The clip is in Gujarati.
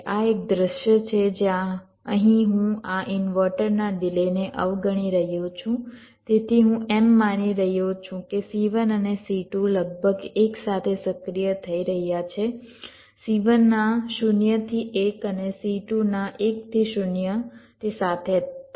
આ એક દૃશ્ય છે જ્યાં અહીં હું આ ઇન્વર્ટરના ડિલેને અવગણી રહ્યો છું તેથી હું એમ માની રહ્યો છું કે C1 અને C2 લગભગ એક સાથે સક્રિય થઈ રહ્યા છે C1 ના 0 થી 1 અને C2 ના 1 થી 0 તે સાથે થાય છે